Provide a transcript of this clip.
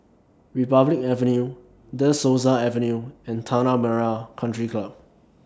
Republic Avenue De Souza Avenue and Tanah Merah Country Club